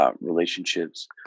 relationships